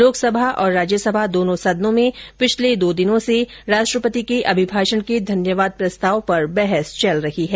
लोकसभा और राज्यसभा दोनों सदनों में पिछले दो दिन से राष्ट्रपति के अभिभाषण के धन्यवाद प्रस्ताव पर बहस चल रही है